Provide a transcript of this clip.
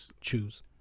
choose